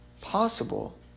possible